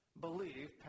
believe